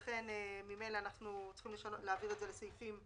ולכן ממילא אנחנו צריכים להעביר את זה לסעיפים (ד)